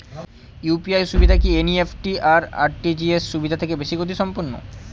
UPI সুবিধা কি NEFT আর আর.টি.জি.এস সুবিধা থেকে বেশি গতিসম্পন্ন?